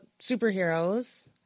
superheroes